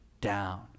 down